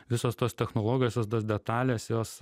visos tos technologijos visos tos detalės jos